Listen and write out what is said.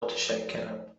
متشکرم